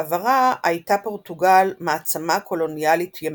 בעברה הייתה פורטוגל מעצמה קולוניאלית ימית,